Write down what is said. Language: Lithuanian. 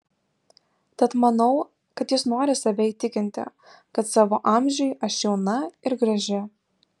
tad manau kad jis nori save įtikinti kad savo amžiui aš jauna ir graži